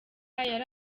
yari